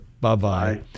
Bye-bye